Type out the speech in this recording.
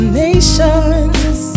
nations